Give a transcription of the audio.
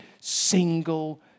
single